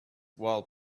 while